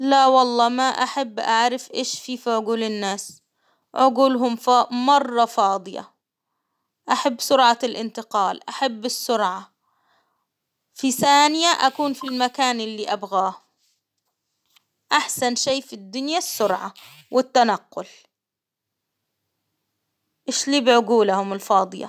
لا والله ما أحب أعرف إيش في فعجول الناس، عجولهم فا مرة فاضية، أحب سرعة الإنتقال، أحب السرعة، في ثانية أكون في المكان اللي أبغاه، أحسن شيء في الدنيا السرعة والتنقل، إيش لي بعقولهم الفاضية؟